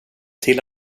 till